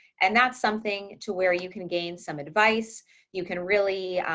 and that's something to where you can gain some advice you can really